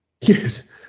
Yes